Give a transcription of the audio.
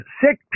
sick